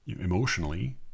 emotionally